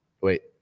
Wait